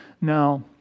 Now